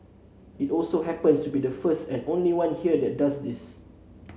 it also happens to be the first and only one here that does this